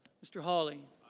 mr. holly